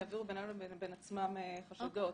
גם בשמירת הנתונים במסד הנתונים לפי השדות שמבקשים.